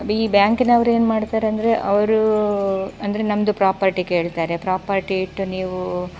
ಈ ಬ್ಯಾಂಕಿನವರೇನು ಮಾಡ್ತಾರೆ ಅಂದರೆ ಅವರು ಅಂದರೆ ನಮ್ಮದು ಪ್ರಾಪರ್ಟಿ ಕೇಳ್ತಾರೆ ಪ್ರಾಪರ್ಟಿ ಇಟ್ಟು ನೀವು